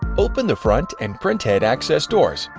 open the front and printhead access doors,